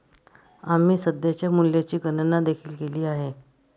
आम्ही सध्याच्या मूल्याची गणना देखील केली आहे